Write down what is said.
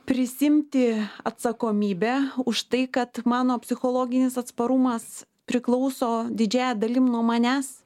prisiimti atsakomybę už tai kad mano psichologinis atsparumas priklauso didžiąja dalim nuo manęs